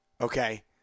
okay